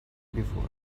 before